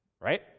right